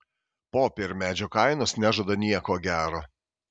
popiermedžio kainos nežada nieko gero